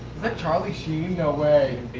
that charlie sheen? no way.